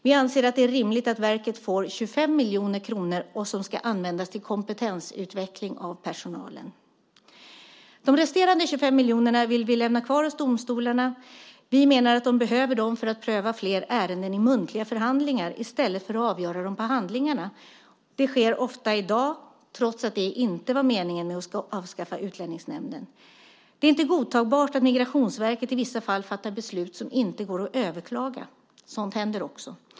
Vi anser att det är rimligt att verket får 25 miljoner kronor som ska användas till kompetensutveckling av personalen. De resterande 25 miljonerna vill vi lämna kvar hos domstolarna. Vi menar att de behöver dem för att pröva flera ärenden i muntliga förhandlingar i stället för att avgöra dem på handlingarna. Det sker ofta i dag, trots att det inte var meningen med att avskaffa Utlänningsnämnden. Det är inte godtagbart att Migrationsverket i vissa fall fattar beslut som inte går att överklaga. Sådant händer också.